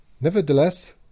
Nevertheless